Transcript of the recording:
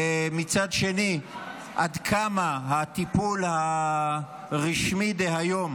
מצד שני, עד כמה הטיפול הרשמי דהיום